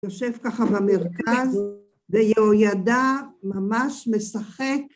יושב ככה במרכז, ויהוידע ממש משחק.